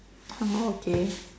oh okay